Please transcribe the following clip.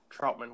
Troutman